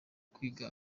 kwiga